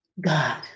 God